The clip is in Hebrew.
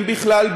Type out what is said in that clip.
אם בכלל,